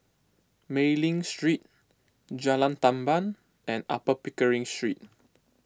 Mei Ling Street Jalan Tamban and Upper Pickering Street